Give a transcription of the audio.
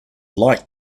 like